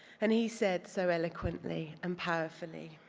and he said so eloquently and powerfully,